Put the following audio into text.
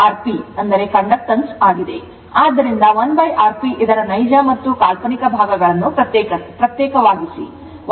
ಆದ್ದರಿಂದ 1Rp ಇದರ ನೈಜ ಮತ್ತು ಕಾಲ್ಪನಿಕ ಭಾಗಗಳನ್ನು ಪ್ರತ್ಯೇಕವಾಗಿಸಿ